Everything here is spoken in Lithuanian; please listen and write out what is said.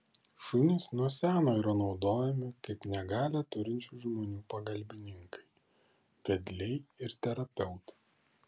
šunys nuo seno yra naudojami kaip negalią turinčių žmonių pagalbininkai vedliai ir terapeutai